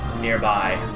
nearby